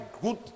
good